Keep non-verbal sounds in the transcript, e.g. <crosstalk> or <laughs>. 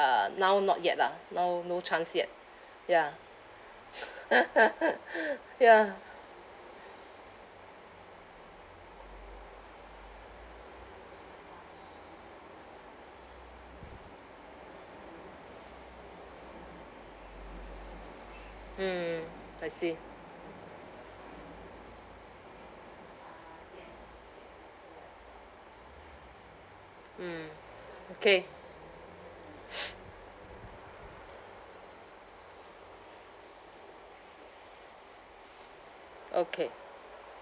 uh now not yet lah now no chance yet ya <laughs> ya mm I see mm okay <noise> okay